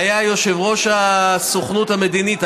והיה יושב-ראש הסוכנות המדינית,